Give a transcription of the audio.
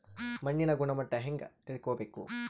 ಮಣ್ಣಿನ ಗುಣಮಟ್ಟ ಹೆಂಗೆ ತಿಳ್ಕೊಬೇಕು?